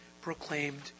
proclaimed